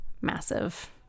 massive